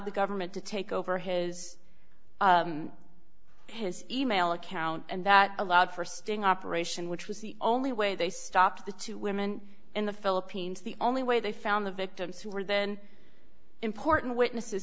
the government to take over his his e mail account and that allowed for sting operation which was the only way they stopped the two women in the philippines the only way they found the victims who were then important witnesses